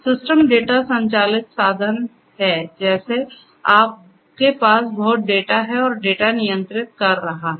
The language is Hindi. सिस्टम डेटा संचालित साधन हैं जैसे आपके पास बहुत डेटा है और डेटा नियंत्रित कर रहा है